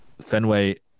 Fenway